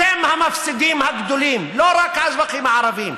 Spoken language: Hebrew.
אתם המפסידים הגדולים, לא רק האזרחים הערבים.